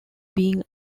being